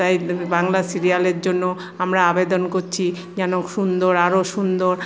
তাই বাংলা সিরিয়ালের জন্য আমরা আবেদন করছি যেন সুন্দর আরও সুন্দর